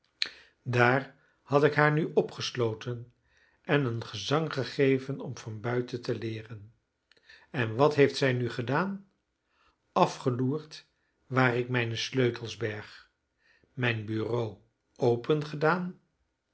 daar had ik haar nu opgesloten en een gezang gegeven om van buiten te leeren en wat heeft zij nu gedaan afgeloerd waar ik mijne sleutels berg mijn bureau